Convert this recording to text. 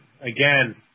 again